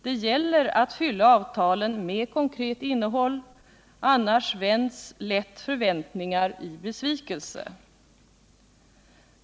Det gäller att fylla avtalen med konkret innehåll, annars vänds lätt förväntningar i besvikelser.